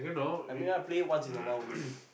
I mean I play once in a while only